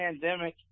pandemic